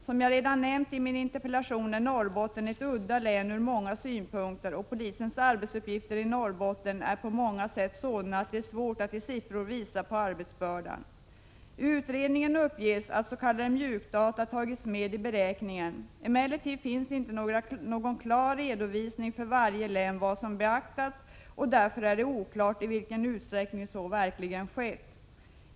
Som jag redan nämnt i min interpellation är Norrbotten ett udda län ur många synpunkter, och polisens arbetsuppgifter i Norrbotten är på många sätt sådana att det är svårt att i siffror visa på arbetsbördan. I utredningen uppges att s.k. mjukdata tagits med i beräkningen. Emellertid finns inte någon klar redovisning för varje län av vad som beaktas, och därför är det oklart i vilken utsträckning så verkligen skett.